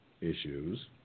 Issues